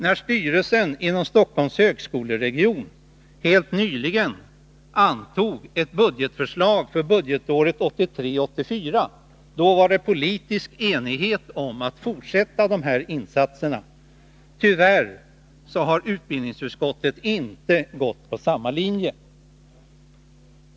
När styrelsen inom Stockholms högskoleregion helt nyligen antog ett budgetförslag för budgetåret 1983/84, rådde det politisk enighet om att fortsätta dessa insatser. Tyvärr har utbildningsutskottet inte anslutit sig till samma linje.